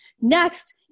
Next